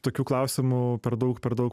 tokių klausimų per daug per daug